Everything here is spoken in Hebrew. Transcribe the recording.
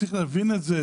צריך להבין את זה,